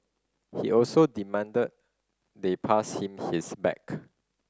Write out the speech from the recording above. he also demanded they pass him his bag